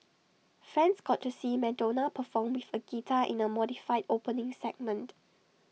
fans got to see Madonna perform with A guitar in the modified opening segment